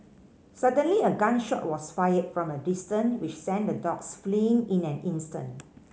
suddenly a gun shot was fired from a distance which sent the dogs fleeing in an instant